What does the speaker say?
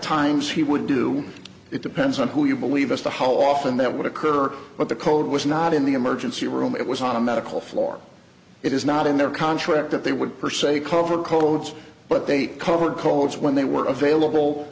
times he would do it depends on who you believe as to how often that would occur but the code was not in the emergency room it was on a medical floor it is not in their contract that they would per se call for codes but they covered codes when they were available